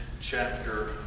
chapter